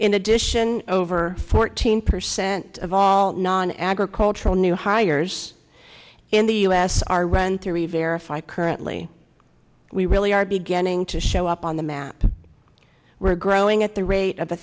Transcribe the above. in addition over fourteen percent of all non agricultural new hires in the u s our renter rivero if i currently we really are beginning to show up on the map we're growing at the rate of a